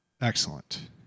Excellent